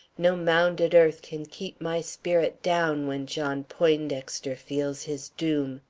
no mounded earth can keep my spirit down when john poindexter feels his doom.